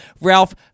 Ralph